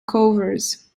covers